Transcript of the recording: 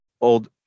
old